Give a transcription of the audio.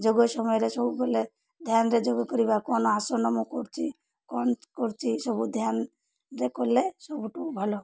ଯୋଗ ସମୟରେ ସବୁବେଲେ ଧ୍ୟାନରେ ଯୋଗ କରିବା କ'ନ ଆସନ ମୁ କରୁଛି କ'ନ କରୁଛି ସବୁ ଧ୍ୟାନରେ କଲେ ସବୁଠୁ ଭଲ